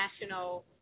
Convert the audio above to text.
national